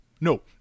No